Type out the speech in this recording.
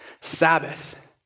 Sabbath